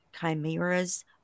chimera's